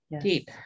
deep